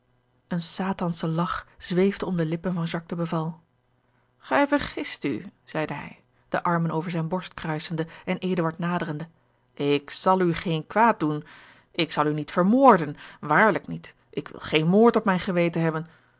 een satansche lach zweefde om de lippen van jacques de beval gij vergist u zeide hij de armen over zijne borst kruisende en eduard naderende ik zal u geen kwaad doen ik zal u niet vermoorden waarlijk niet ik wil geen moord op mijn geweten hebben